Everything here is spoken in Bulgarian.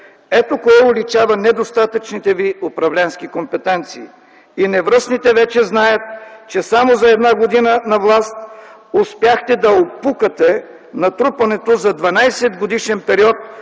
Ето кое уличава недостатъчните ви управленски компетенции. И невръстните вече знаят, че само за една година на власт успяхте да опукате натрупаното за 12-годишен период